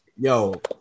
yo